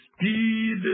speed